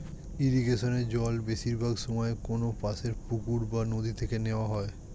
ইরিগেশনে জল বেশিরভাগ সময়ে কোনপাশের পুকুর বা নদি থেকে নেওয়া হয়